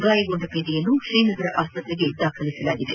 ಗಾಯಗೊಂಡ ಪೇದೆಯನ್ನು ಶ್ರೀನಗರ ಆಸ್ಲತ್ರೆಗೆ ದಾಖಲಿಸಲಾಗಿದೆ